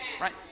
Right